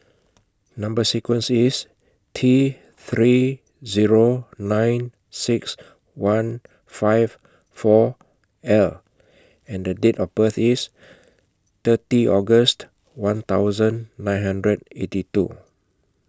Number sequence IS T three Zero nine six one five four L and The Date of birth IS thirty August one thousand nine hundred eighty two